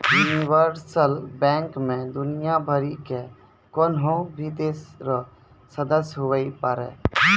universal bank मे दुनियाँ भरि के कोन्हो भी देश रो सदस्य हुवै पारै